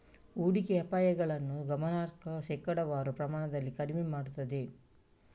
ಹೂಡಿಕೆ ಅಪಾಯಗಳನ್ನು ಗಮನಾರ್ಹ ಶೇಕಡಾವಾರು ಪ್ರಮಾಣದಲ್ಲಿ ಕಡಿಮೆ ಮಾಡುತ್ತದೆ